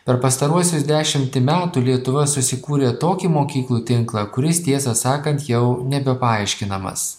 per pastaruosius dešimtį metų lietuva susikūrė tokį mokyklų tinklą kuris tiesą sakant jau nebepaaiškinamas